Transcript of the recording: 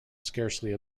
scarcely